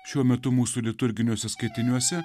šiuo metu mūsų liturginiuose skaitiniuose